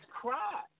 cry